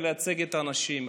ולייצג את האנשים.